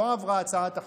לא עברה הצעת החוק,